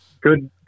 good